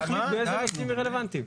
היא תחליט איזה נושאים רלוונטיים.